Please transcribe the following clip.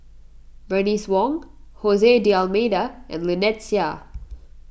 Bernice Wong Jose D'Almeida and Lynnette Seah